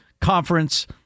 conference